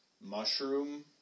mushroom